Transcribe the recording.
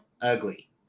ugly